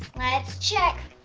let's check.